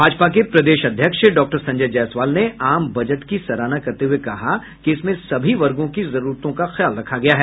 भाजपा के प्रदेश अध्यक्ष डाक्टर संजय जायसवाल ने आम बजट की सराहना करते हुए कहा कि इसमें सभी वर्गों की जरुरुतों का ख्याल रखा गया है